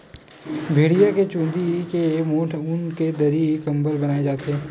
भेड़िया के चूंदी के मोठ ऊन के दरी, कंबल बनाए जाथे